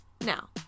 Now